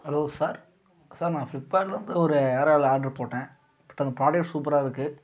hello sir sir நான் ஃபிளிப்கார்ட்லிருந்து ஒரு ஹேர் ஆயில் ஆடர் போட்டேன் பட் அந்த புராடக்ட் சூப்பராக இருக்குது